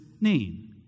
name